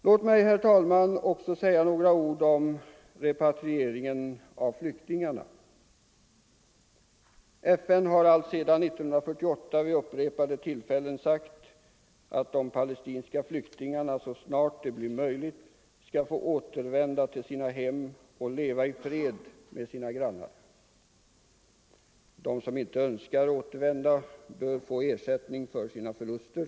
Låt mig, herr talman, också säga några ord om repatrieringen av flyktingarna. FN har alltsedan 1948 vid upprepade tillfällen sagt att de pa lestinska flyktingarna så snart det blir möjligt skall få återvända till sina — Nr 127 hem och leva i fred med sina grannar. De som inte önskar återvända Fredagen den bör få ersättning för sina förluster.